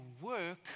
work